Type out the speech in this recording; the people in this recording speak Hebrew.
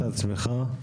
השאלה שלך במקומה,